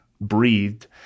breathed